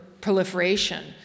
proliferation